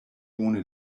bone